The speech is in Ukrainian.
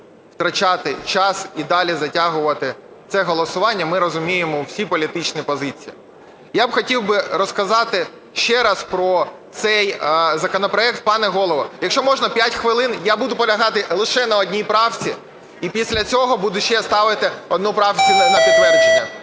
втрачати час і далі затягувати це голосування. Ми розуміємо всі політичні позиції. Я хотів би розказати ще раз про цей законопроект. Пане Голово, якщо можна, 5 хвилин. Я буду наполягати лише на одній правці і після цього буду ще ставити одну правку на підтвердження.